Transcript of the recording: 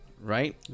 Right